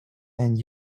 and